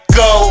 go